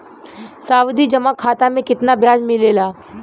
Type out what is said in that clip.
सावधि जमा खाता मे कितना ब्याज मिले ला?